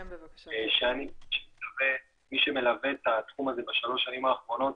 שאני כמי שמלווה את התחום הזה בשלוש השנים האחרונות